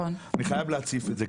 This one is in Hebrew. אני חייב להציף את זה,